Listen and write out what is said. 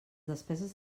despeses